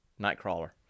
Nightcrawler